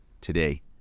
today